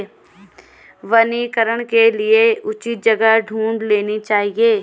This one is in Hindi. वनीकरण के लिए उचित जगह ढूंढ लेनी चाहिए